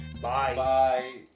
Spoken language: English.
Bye